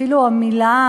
אפילו המילה